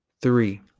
three